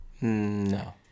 No